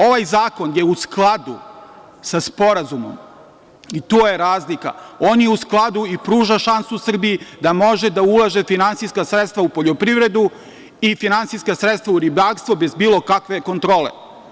Ovaj zakon je u skladu sa sporazumom i to je razlika, on je u skladu i pruža šansu Srbiji da može da ulaže finansijska sredstva u poljoprivredu i finansijska sredstva u ribarstvo, bez bilo kakve kontrole.